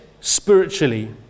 spiritually